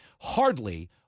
Hardly